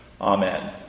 Amen